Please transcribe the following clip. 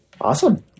Awesome